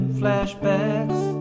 flashbacks